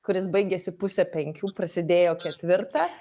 kuris baigėsi pusę penkių prasidėjo ketvirtą